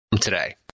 today